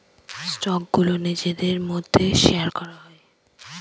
স্টকগুলো নিজেদের মধ্যে শেয়ার করা হয়